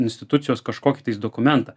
institucijos kažkokį dokumentą